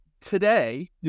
Today